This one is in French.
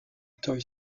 toy